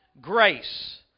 grace